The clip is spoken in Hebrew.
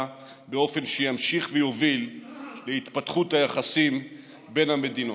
באופן שימשיך ויוביל להתפתחות היחסים בין המדינות.